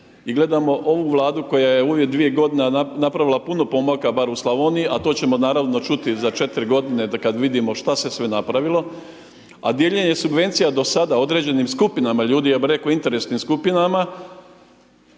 i gledamo ovu Vladu koja je u ove dvije godine napravila puno pomaka barem u Slavoniji a to ćemo naravno čuti za 4 godine kada vidimo šta se sve napravilo, a dijeljenje subvencija do sada određenim skupinama ljudi, ja bih rekao interesnim skupinama